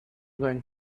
going